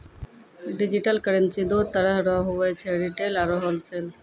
digital currency दो तरह रो हुवै छै रिटेल आरू होलसेल